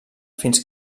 fins